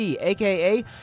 aka